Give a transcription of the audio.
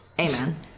Amen